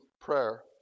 prayer